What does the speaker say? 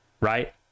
right